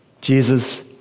Jesus